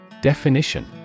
Definition